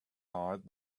night